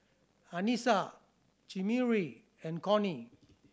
Anissa Chimere and Cornie